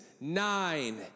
nine